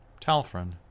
Talfrin